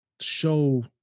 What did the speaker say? show